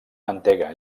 mantega